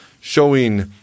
showing